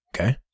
Okay